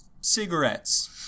Cigarettes